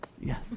Yes